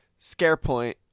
Scarepoint